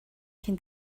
cyn